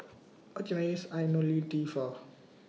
What Can I use Ionil T For